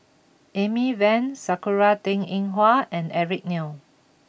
Amy Van Sakura Teng Ying Hua and Eric Neo